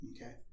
Okay